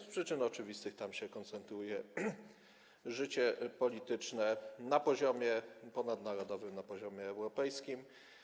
Z przyczyn oczywistych tam się koncentruje życie polityczne na poziomie ponadnarodowym, na poziomie europejskim.